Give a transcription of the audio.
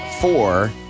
four